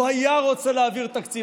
לו היה רוצה להעביר תקציב,